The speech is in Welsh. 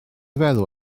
feddwl